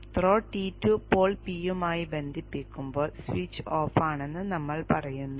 throw T2 pole P യുമായി ബന്ധിപ്പിക്കുമ്പോൾ switch off ആണെന്ന് നമ്മൾ പറയുന്നു